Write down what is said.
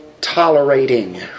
tolerating